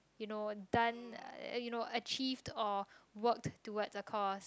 you know done you know achieve or walk toward a course